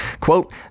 Quote